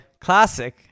classic